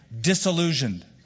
disillusioned